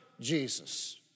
Jesus